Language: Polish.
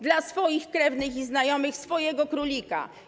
Dla swoich krewnych i znajomych, swojego królika.